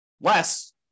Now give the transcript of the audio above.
Less